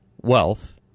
wealth